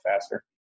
faster